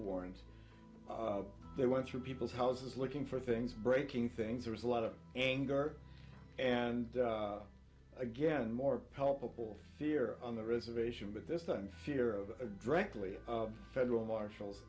warrant they went through people's houses looking for things breaking things there's a lot of anger and again more palpable fear on the reservation but this time fear of drek lee federal marshal